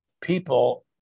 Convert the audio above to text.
people